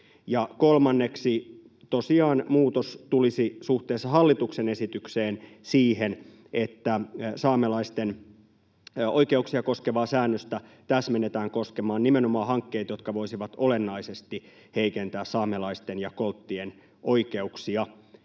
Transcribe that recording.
Kolmanneksi tosiaan muutos suhteessa hallituksen esitykseen tulisi siihen, että saamelaisten oikeuksia koskevaa säännöstä täsmennetään koskemaan nimenomaan hankkeita, jotka voisivat olennaisesti heikentää saamelaisten ja kolttien oikeuksia.